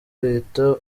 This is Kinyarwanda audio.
leta